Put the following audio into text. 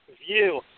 view